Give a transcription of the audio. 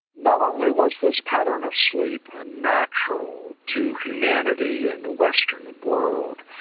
not only was this pattern of sleep natural to humanity in the western world,